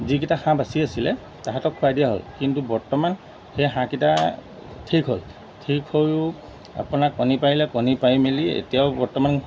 যিকেইটা হাঁহ বাচি আছিলে তাহাঁতক খুৱাই দিয়া হ'ল কিন্তু বৰ্তমান সেই হাঁহকেইটা ঠিক হ'ল ঠিক হৈও আপোনাৰ কণী পাৰিলে কণী পাৰি মেলি এতিয়াও বৰ্তমান